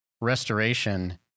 restoration